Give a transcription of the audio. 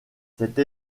cette